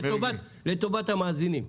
לטובת המאזינים,